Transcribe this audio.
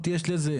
משמעות יש לזה,